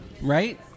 right